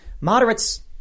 moderates